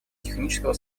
технического